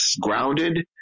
grounded